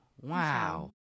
Wow